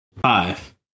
Five